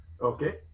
Okay